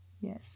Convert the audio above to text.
yes